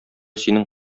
синең